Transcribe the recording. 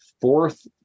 fourth